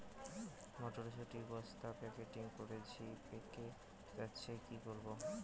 মটর শুটি বস্তা প্যাকেটিং করেছি পেকে যাচ্ছে কি করব?